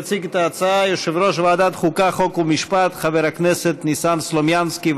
יציג את ההצעה יושב-ראש ועדת חוקה חוק ומשפט חבר הכנסת ניסן סלומינסקי.